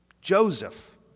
Joseph